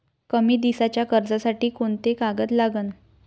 कमी दिसाच्या कर्जासाठी कोंते कागद लागन?